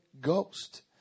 ghost